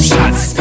Shots